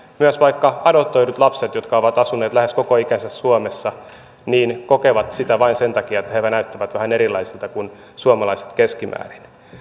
myös vaikka adoptoidut lapset jotka ovat asuneet lähes koko ikänsä suomessa kokevat sitä vain sen takia että he näyttävät vähän erilaisilta kuin suomalaiset keskimäärin